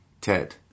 Ted